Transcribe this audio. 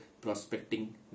prospecting